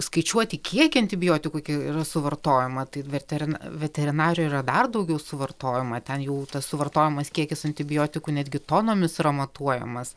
skaičiuoti kiekį antibiotikų yra suvartojama tai veterina veterinarijoj yra dar daugiau suvartojama ten jau tas suvartojamas kiekis antibiotikų netgi tonomis yra matuojamas